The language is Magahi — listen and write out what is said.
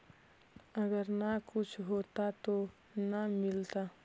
अगर न कुछ होता तो न मिलता?